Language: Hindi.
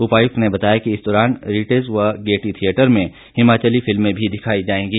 उपायुक्त ने बताया कि इस दौरान रिट्ज़ व गेयटी थियेटर में हिमाचली फिल्में भी दिखाई जाएंगी